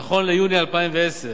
נכון ליוני 2010,